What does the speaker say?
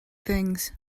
things